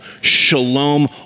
shalom